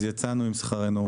פורום שלכם שהגיע וישב אתנו.